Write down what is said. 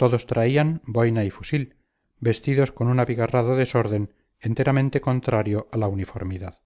todos traían boina y fusil vestidos con un abigarrado desorden enteramente contrario a la uniformidad